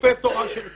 פרופסור אשר פישלר,